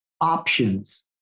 options